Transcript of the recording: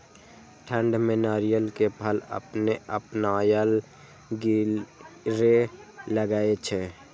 ठंड में नारियल के फल अपने अपनायल गिरे लगए छे?